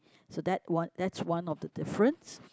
so that one that's one of the difference